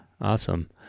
Awesome